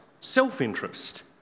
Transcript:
self-interest